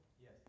Yes